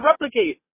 replicate